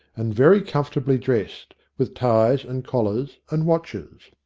and very comfortably dressed, with ties and collars and watches.